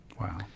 Wow